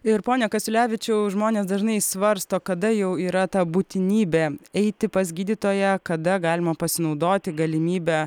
ir pone kasiulevičiau žmonės dažnai svarsto kada jau yra ta būtinybė eiti pas gydytoją kada galima pasinaudoti galimybe